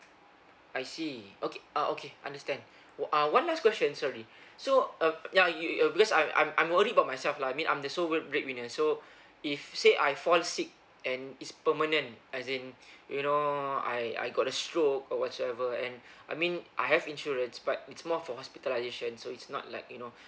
I see okay ah okay understand w~ ah one last question sorry so uh ya you you uh because I I'm I'm worried about myself lah I mean I'm the sole work bread winner so if say I fall sick and is permanent as in you know I I got a stroke or whatsoever and I mean I have insurance but it's more for hospitalisation so it's not like you know